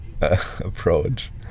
approach